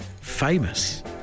Famous